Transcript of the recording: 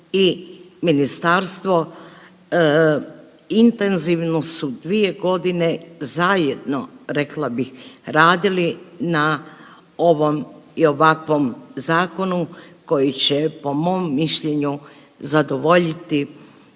i ministarstvo intenzivno su dvije godine zajedno rekla bih radili na ovom i ovakvom zakonu koji će po mom mišljenju zadovoljiti